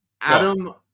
adam